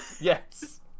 Yes